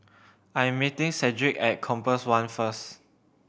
I am meeting Cedric at Compass One first